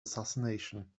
assassination